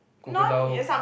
crocodile